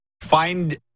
Find